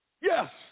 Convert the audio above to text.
Yes